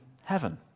heaven